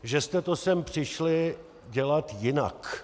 Že jste to sem přišli dělat jinak.